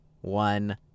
one